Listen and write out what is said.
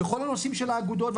בכל הנושאים של האגודות,